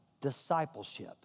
discipleship